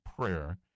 prayer